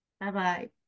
Bye-bye